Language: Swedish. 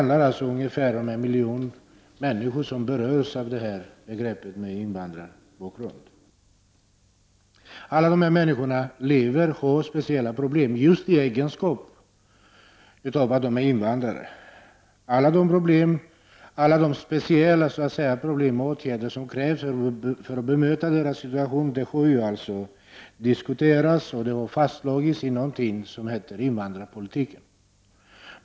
Det är ungefär en miljon människor som har invandrarbakgrund. Alla dessa människor har speciella problem just i egenskap av invandrare. Alla de speciella problem som finns och de åtgärder som krävs för att bemöta denna situation har diskuterats, och det har fastslagits någonting som kallas invandrarpolitik.